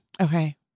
okay